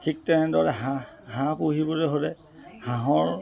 ঠিক তেনেদৰে হাঁহ হাঁহ পুহিবলৈ হ'লে হাঁহৰ